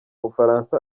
bufaransa